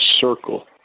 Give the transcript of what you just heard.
circle